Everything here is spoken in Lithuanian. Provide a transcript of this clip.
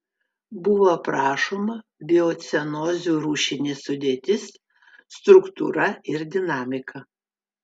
buvo aprašoma biocenozių rūšinė sudėtis struktūra ir dinamika